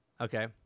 Okay